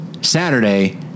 Saturday